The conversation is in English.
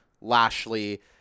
Lashley